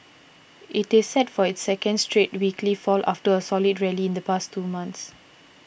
it is set for its second straight weekly fall after a solid rally in the past two months